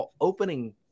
Opening